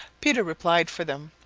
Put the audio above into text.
peter replied for them.